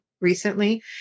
recently